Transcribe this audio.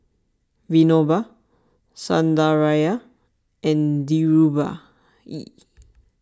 Vinoba Sundaraiah and Dhirubhai